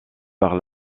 par